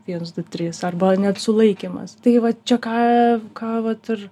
viens du trys arba net sulaikymas tai vat čia ką ką vat ir